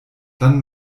dann